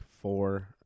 four